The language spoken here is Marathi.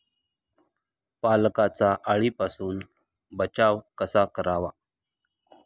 पालकचा अळीपासून बचाव कसा करावा?